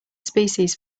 species